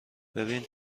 ببین